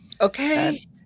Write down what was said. Okay